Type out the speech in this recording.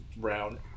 round